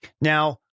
Now